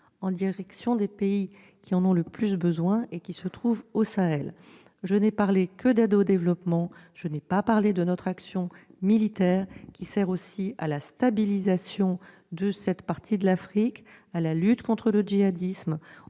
en direction des pays qui en ont le plus besoin, qui se trouvent au Sahel. Je n'ai parlé que d'aide au développement ; je n'ai pas parlé de notre action militaire, qui sert aussi à la stabilisation de cette partie de l'Afrique et à la lutte contre le djihadisme,